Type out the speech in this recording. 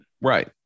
right